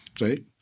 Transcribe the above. right